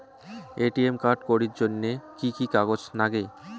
ATM card করির জন্যে কি কি কাগজ নাগে?